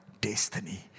destiny